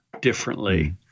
differently